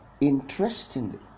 interestingly